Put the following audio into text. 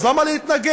אז למה להתנגד?